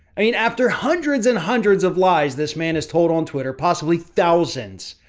i mean, after hundreds and hundreds of lies this man has told on twitter, possibly thousands.